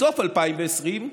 בסוף 2020,